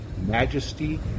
majesty